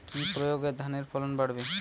কি প্রয়গে ধানের ফলন বাড়বে?